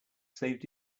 saved